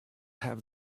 have